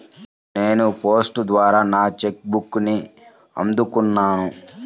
నేను పోస్ట్ ద్వారా నా చెక్ బుక్ని అందుకున్నాను